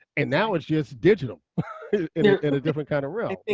and now it's just digital in a in a different kind of realm.